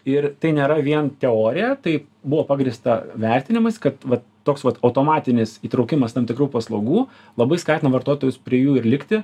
ir tai nėra vien teorija tai buvo pagrįsta vertinimais kad va toks vat automatinis įtraukimas tam tikrų paslaugų labai skatina vartotojus prie jų ir likti